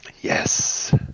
Yes